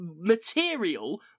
material